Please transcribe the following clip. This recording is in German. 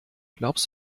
glaubst